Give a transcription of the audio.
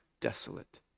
desolate